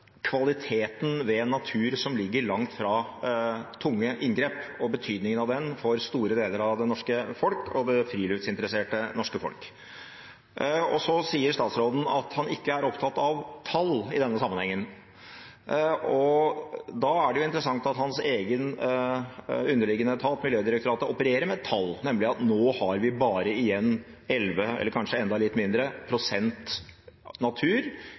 kvaliteten ved natur som ligger langt fra tunge inngrep, og betydningen av den for store deler av det norske folk – og det friluftsinteresserte norske folk. Så sier statsråden at han ikke er opptatt av tall i denne sammenhengen. Da er det jo interessant at hans egen underliggende etat, Miljødirektoratet, opererer med tall, nemlig at nå har vi bare igjen 11 pst. natur, eller kanskje enda litt mindre,